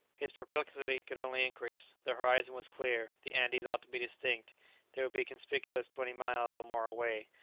his perplexity could only increase the horizon was clear the andes ought to be distinct they would be conspicuous twenty miles or more away.